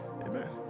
Amen